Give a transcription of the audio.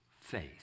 faith